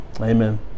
amen